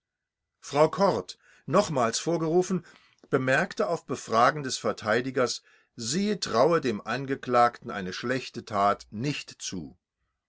frau kord nochmals vorgerufen bemerkte auf befragen des verteidigers sie traue dem angeklagten eine schlechte tat nicht zu